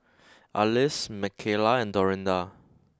Alys Mckayla and Dorinda